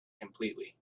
completely